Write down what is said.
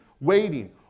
waiting